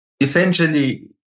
Essentially